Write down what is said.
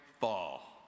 fall